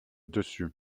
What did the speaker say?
dessus